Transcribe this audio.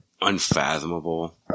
unfathomable